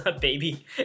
baby